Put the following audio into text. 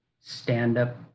stand-up